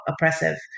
oppressive